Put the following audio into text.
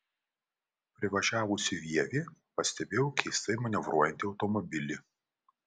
privažiavusi vievį pastebėjau keistai manevruojantį automobilį